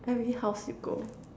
every house you go